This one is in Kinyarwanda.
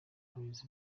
abayobozi